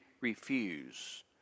refuse